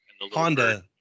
Honda